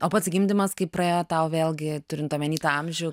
o pats gimdymas kaip praėjo turinjt omeny tą amžių